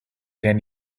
ten